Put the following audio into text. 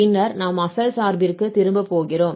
பின்னர் நாம் அசல் சார்பிற்க்கு திரும்ப போகிறோம்